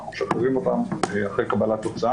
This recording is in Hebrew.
ואנחנו משחררים אותם אחרי קבלת תוצאה.